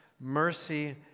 mercy